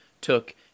took